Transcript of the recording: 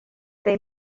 they